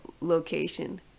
location